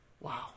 wow